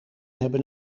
hebben